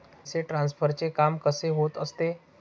पैसे ट्रान्सफरचे काम कसे होत असते?